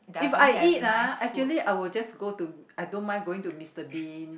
if I eat ah actually I would just go to I don't mind going to Mister-Bean